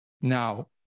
Now